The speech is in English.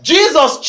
Jesus